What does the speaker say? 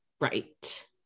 right